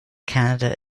canada